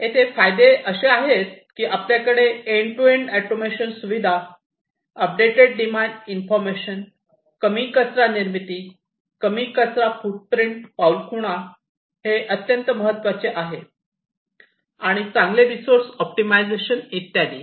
येथे फायदे असे आहेत की आपल्याकडे एंड टू एंड ऑटोमेशन सुविधा अपडेटेड डिमांड इन्फॉर्मेशन कमी कचरा निर्मिती कमी कचरा फूटप्रिंट पाऊलखुणा हे अत्यंत महत्वाचे आहे आणि चांगले रिसॉर्ट ऑप्टिमायझेशन इत्यादी